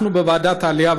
בוועדת העלייה,